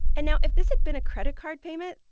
and now, if this had been a credit card payment,